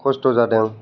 खस्थ' जादों